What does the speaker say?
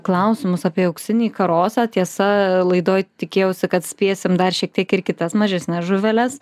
klausimus apie auksinį karosą tiesa laidoj tikėjausi kad spėsim dar šiek tiek ir kitas mažesnes žuveles